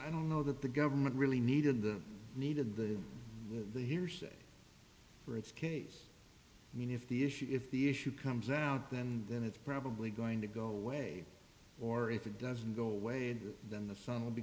i don't know that the government really needed the needed the the hearsay for its case i mean if the issue if the issue comes out then then it's probably going to go away or if it doesn't go away and then the son will be